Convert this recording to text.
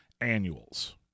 annuals